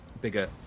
bigger